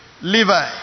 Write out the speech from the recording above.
Levi